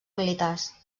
militars